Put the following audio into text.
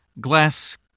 glass